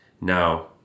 Now